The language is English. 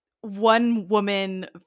one-woman